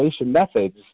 methods